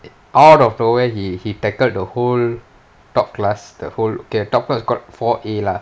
out of nowhere he he tackled the whole top class the whole okay ya the top class called four A lah